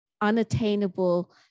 unattainable